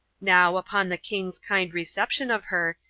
now, upon the king's kind reception of her,